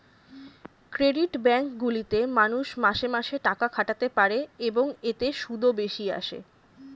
credit bank গুলিতে মানুষ মাসে মাসে টাকা খাটাতে পারে, এবং এতে সুদও বেশি আসে